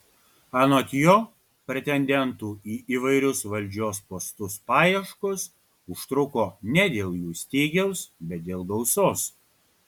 anot jo pretendentų į įvairius valdžios postus paieškos užtruko ne dėl jų stygiaus bet dėl gausos